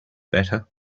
better